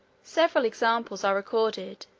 several examples are recorded,